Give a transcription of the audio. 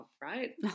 right